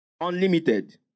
Unlimited